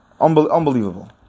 Unbelievable